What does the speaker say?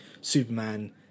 Superman